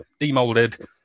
demolded